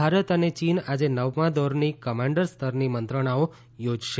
ભારત અને ચીન આજે નવમા દોરની કમાન્ડરસ્તરની મંત્રણાઓ યોજશે